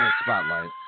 spotlight